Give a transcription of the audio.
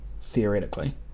theoretically